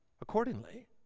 accordingly